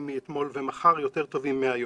מאתמול וממחר ולהיות יותר טובים מהיום.